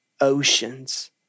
oceans